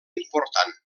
important